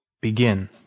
Begin